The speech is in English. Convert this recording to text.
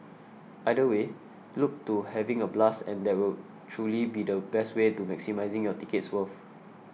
either way look to having a blast and that will truly be the best way to maximising your ticket's worth